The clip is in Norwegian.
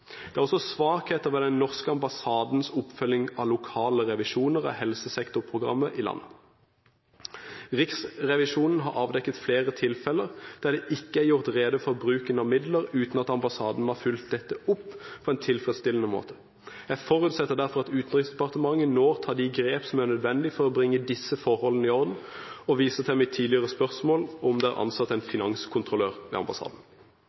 Det er også svakheter ved den norske ambassadens oppfølging av lokale revisjoner av helsesektorprogrammet i landet. Riksrevisjonen har avdekket flere tilfeller der det ikke er gjort rede for bruken av midler, uten at ambassaden har fulgt dette opp på en tilfredsstillende måte. Jeg forutsetter derfor at Utenriksdepartementet nå tar de grep som er nødvendig for å bringe disse forhold i orden og viser til mitt tidligere spørsmål om det er ansatt en finanskontrollør ved ambassaden.